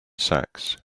sacks